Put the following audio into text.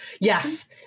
Yes